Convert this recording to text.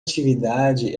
atividade